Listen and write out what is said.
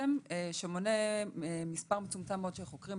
שמונה מספר מצומצם מאוד של חוקרים.